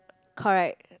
correct